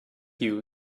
you